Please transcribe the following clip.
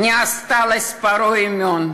להלן תרגומם: